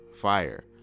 Fire